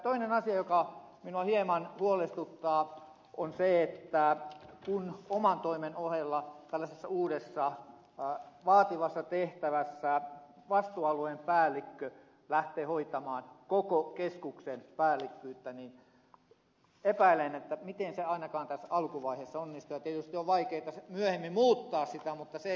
toinen asia joka minua hieman huolestuttaa on se että kun oman toimen ohella tällaisessa uudessa vaativassa tehtävässä vastuualueen päällikkö lähtee hoitamaan koko keskuksen päällikkyyttä niin epäilen miten se ainakaan tässä alkuvaiheessa onnistuu ja tietysti on vaikeata myöhemmin muuttaa sitä